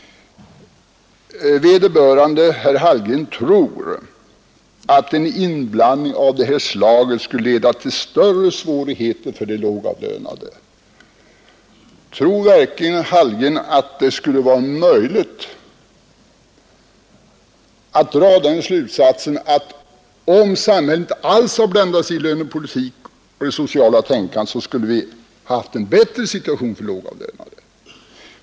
Herr Hallgren tror att en inblandning av det här slaget skulle leda till större svårigheter för de lågavlönade. Tror verkligen herr Hallgren att vi, om samhället inte alls hade blandat sig i lönepolitiken och det sociala tänkandet, skulle ha haft en bättre situation för lågavlönade?